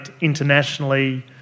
internationally